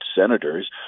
senators